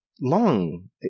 long